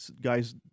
guys